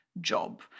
job